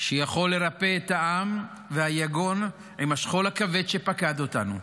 שיכול לרפא את העם והיגון עם השכול הכבד שפקד אותנו,